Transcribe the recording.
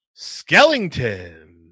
skellington